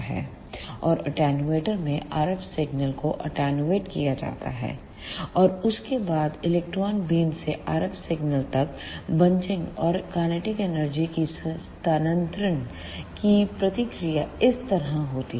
और एटेन्यूएटर में RF signal को अटैंनूएट किया जाता है और उसके बाद इलेक्ट्रॉन बीम से RF सिग्नल तक बंचिंग और काइनेटिक एनर्जी की स्तांतरण की प्रक्रिया इस तरह होती है